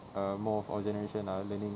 err more of our generation are learning